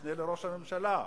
המשנה לראש הממשלה,